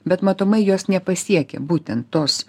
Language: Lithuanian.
bet matomai jos nepasiekė būtent tos